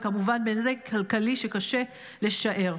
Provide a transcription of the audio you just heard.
וכמובן בנזק כלכלי שקשה לשער.